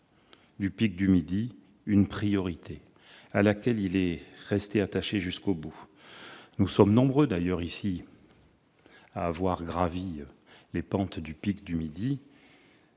du pic du Midi une priorité à laquelle il est resté attaché jusqu'au bout, et nous sommes nombreux à avoir gravi les pentes du pic du Midi